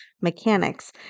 mechanics